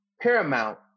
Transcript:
paramount